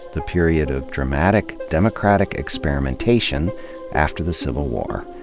the period of dramatic democratic experimentation after the civil war.